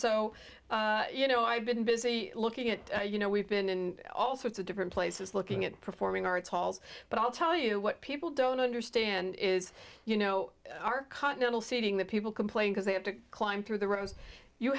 o you know i've been busy looking at you know we've been in all sorts of different places looking at performing arts halls but i'll tell you what people don't understand is you know our continental seating the people complain because they have to climb through the rows you